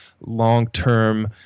long-term